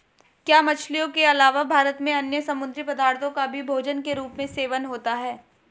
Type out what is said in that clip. क्या मछलियों के अलावा भारत में अन्य समुद्री पदार्थों का भी भोजन के रूप में सेवन होता है?